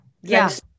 yes